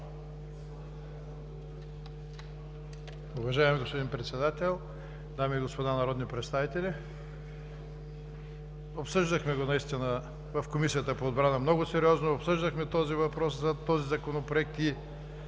Уважаеми господин Председател, дами и господа народни представители! Обсъждахме го в Комисията по отбрана много сериозно, обсъждахме въпроса за този Законопроект и